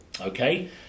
okay